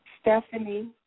Stephanie